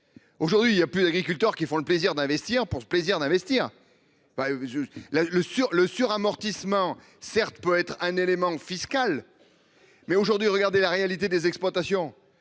Aujourd'hui il y a plus d'agriculteurs qui font le plaisir d'investir pour le plaisir d'investir ben. Là le sur le suramortissement, certes peut être un élément fiscal. Mais aujourd'hui regarder la réalité des exploitations.